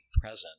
present